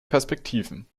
perspektiven